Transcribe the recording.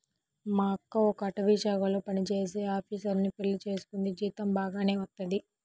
మా అక్క ఒక అటవీశాఖలో పనిజేసే ఆపీసరుని పెళ్లి చేసుకుంది, జీతం బాగానే వత్తది